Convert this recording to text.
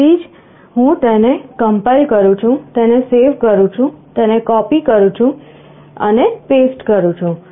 તેથી હું તેને કમ્પાઇલ કરું છું તેને સેવ કરું છું તેને કોપી કરું છું અને પેસ્ટ કરું છું